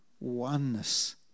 oneness